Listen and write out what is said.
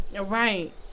right